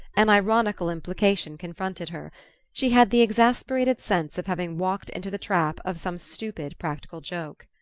an ironical implication confronted her she had the exasperated sense of having walked into the trap of some stupid practical joke.